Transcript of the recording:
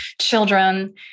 children